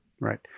Right